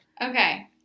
Okay